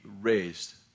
raised